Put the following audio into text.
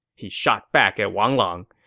he shot back at wang lang.